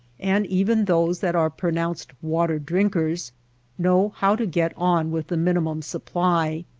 and even those that are pro nounced water drinkers know how to get on with the minimum supply.